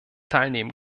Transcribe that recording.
teilnehmen